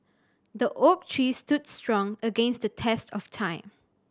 the oak tree stood strong against the test of time